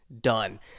done